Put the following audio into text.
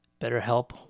BetterHelp